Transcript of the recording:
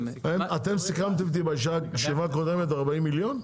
-- אתם סיכמתם איתי בישיבה הקודמת 40 מיליון?